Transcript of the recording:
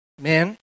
men